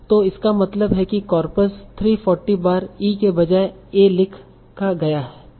तो इसका मतलब है कि कॉर्पस 340 बार e के बजाय a लिखा गया था